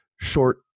short